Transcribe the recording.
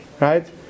Right